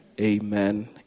Amen